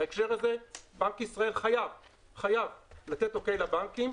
בהקשר הזה בנק ישראל חייב לתת אוקיי לבנקים,